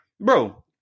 bro